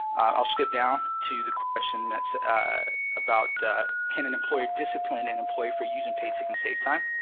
i will skip down to the question that's about can an employer discipline an employee for using paid sick and safe time.